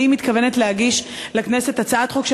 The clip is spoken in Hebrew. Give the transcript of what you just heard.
אני מתכוונת להגיש לכנסת הצעת חוק,